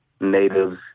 natives